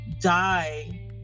die